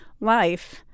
life